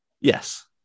yes